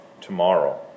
tomorrow